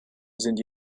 sind